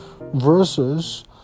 versus